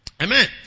Amen